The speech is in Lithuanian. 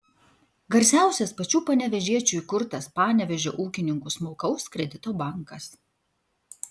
garsiausias pačių panevėžiečių įkurtas panevėžio ūkininkų smulkaus kredito bankas